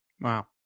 Wow